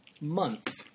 month